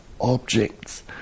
objects